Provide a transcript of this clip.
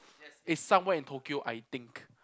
it's somewhere in Tokyo I think